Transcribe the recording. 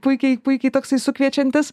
puikiai puikiai toksai sukviečiantis